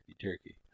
turkey